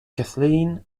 kathleen